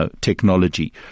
technology